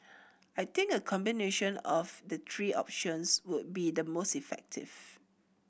I think a combination of the three options would be the most effective